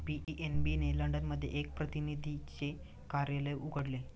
PNB ने London मध्ये एक प्रतिनिधीचे कार्यालय उघडले